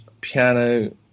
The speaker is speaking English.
piano